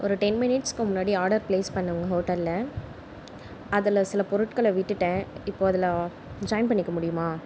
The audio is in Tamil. ஒரு டென் மினிட்ஸ்க்கு முன்னாடி ஆர்டர் பிளேஸ் பண்ணிணேன் உங்க ஹோட்டலில் அதில் சில பொருட்களை விட்டுட்டேன் இப்போது அதில் ஜாயின் பண்ணிக்க முடியுமா